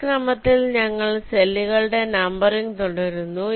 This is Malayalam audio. ഈ ക്രമത്തിൽ ഞങ്ങൾ സെല്ലുകളുടെ നമ്പറിംഗ് തുടരുന്നു